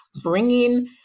bringing